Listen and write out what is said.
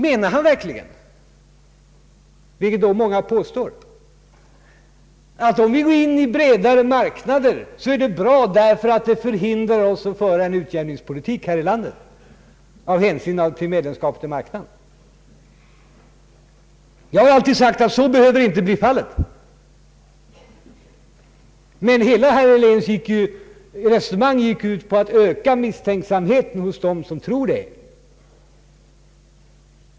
Menar han verkligen, vilket många påstår, att om vi går in i bredare marknader är det bra därför att det hindrar oss att föra en utjämningspolitik här i landet med hänsyn till medlemskapet i marknaden. Jag har alltid sagt att så inte behöver bli fallet. Men hela herr Heléns resonemang gick ut på att öka misstänksamheten hos dem som tror det.